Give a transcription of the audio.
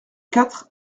quatre